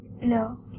No